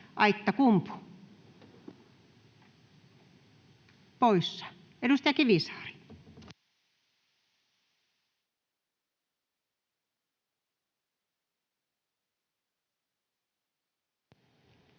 Aittakumpu poissa. — Edustaja Kivisaari. Arvoisa